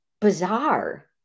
bizarre